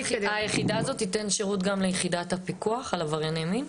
היחידה הזאת תיתן שירות גם ליחידת הפיקוח על עברייני מין?